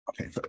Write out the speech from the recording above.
Okay